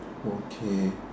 okay